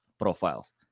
profiles